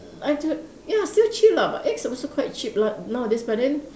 I don~ ya still cheap lah but eggs are also quite cheap lah nowadays but then